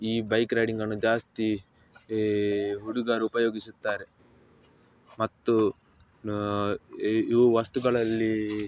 ಈ ಬೈಕ್ ರೈಡಿಂಗನ್ನು ಜಾಸ್ತಿ ಈ ಹುಡುಗರು ಉಪಯೋಗಿಸುತ್ತಾರೆ ಮತ್ತು ಇವು ವಸ್ತುಗಳಲ್ಲಿ